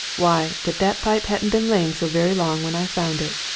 why, that that pipe hadn't been lying so very long when i found it!